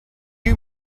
you